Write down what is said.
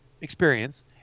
experience